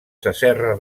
sasserra